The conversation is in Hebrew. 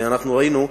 ואנחנו ראינו.